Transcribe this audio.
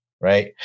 right